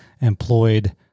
employed